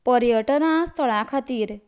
पर्यटन स्थळां खातीर